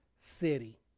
city